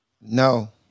no